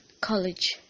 college